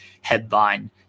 headline